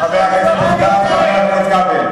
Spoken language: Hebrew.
גם לא צריך להתחרות.